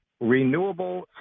renewable